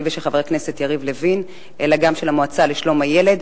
ושל חבר הכנסת יריב לוין אלא גם של המועצה לשלום הילד,